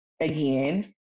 again